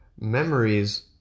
memories